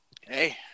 Hey